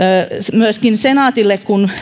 myöskin senaatille kun